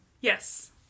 Yes